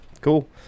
Cool